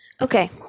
Okay